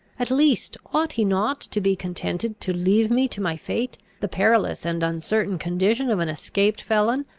at least, ought he not to be contented to leave me to my fate, the perilous and uncertain condition of an escaped felon,